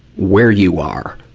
where you are,